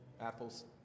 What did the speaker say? apples